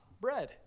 bread